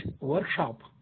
workshop